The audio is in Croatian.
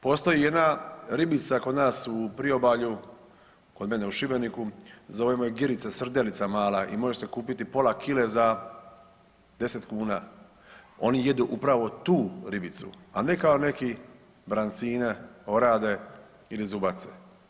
Postoji jedna ribica kod nas u priobalju kod mene u Šibeniku zovemo je girica, srdelica mala i može se kupiti pola kile za 10 kuna, oni jedu upravo tu ribicu, a ne kao neki brancina, orade ili zubace.